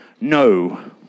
no